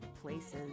places